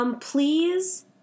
Please